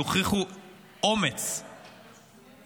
יוכיחו אומץ,